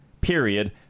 period